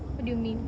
what do you mean